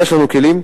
יש לנו כלים.